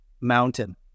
mountain